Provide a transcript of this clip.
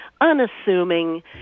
unassuming